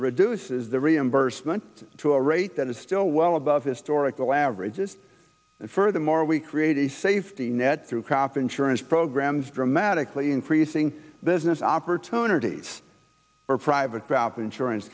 reduces the reimbursement to a rate that is still well above historical averages and furthermore we create a safety net through cap insurance programs dramatically increasing business opportunities for private bath insurance